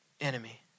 enemy